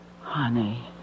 Honey